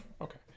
Okay